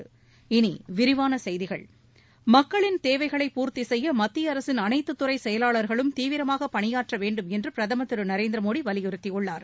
இனி விரிவான செய்திகள் மக்களின் தேவைகளை பூர்த்தி செய்ய மத்திய அரசின் அனைத்து துறை செயலாளர்களும் தீவிரமாக பணியாற்றவேண்டும் என்று பிரதமர் திரு நரேந்திர மோடி வலியுறுத்தியுள்ளார்